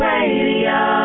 Radio